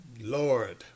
Lord